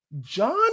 John